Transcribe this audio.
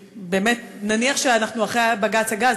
נניח שאנחנו אחרי בג"ץ הגז,